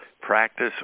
practice